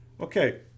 Okay